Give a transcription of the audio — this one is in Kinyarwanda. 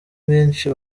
benshi